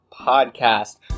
Podcast